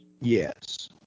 Yes